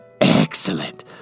excellent